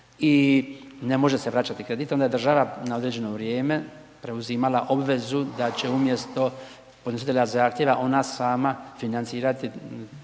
i ne može se vraćati krediti onda je država na određeno vrijeme preuzimala obvezu da će umjesto, podnositelja zahtjeva ona sama financirati